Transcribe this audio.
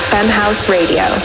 FemhouseRadio